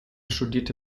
studierte